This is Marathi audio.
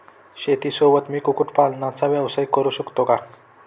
शेतीसोबत मी कुक्कुटपालनाचा व्यवसाय करु शकतो का?